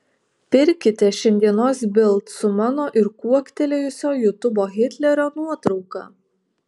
pirkite šiandienos bild su mano ir kuoktelėjusio jutubo hitlerio nuotrauka